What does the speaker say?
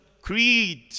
Creed